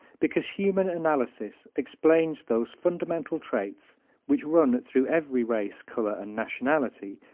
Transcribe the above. because human analysis explains those fundamental traits which run through every race, color and nationality,